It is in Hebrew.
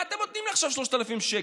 מה אתם נותנים לי עכשיו 3,000 שקל?